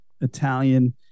Italian